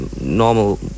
normal